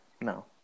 No